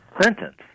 sentence